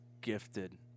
gifted